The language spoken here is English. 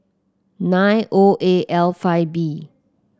nine O A L five B